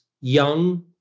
young